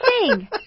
sing